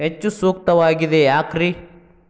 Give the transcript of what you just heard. ಹೆಚ್ಚು ಸೂಕ್ತವಾಗಿದೆ ಯಾಕ್ರಿ?